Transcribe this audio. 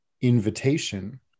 invitation